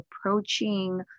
approaching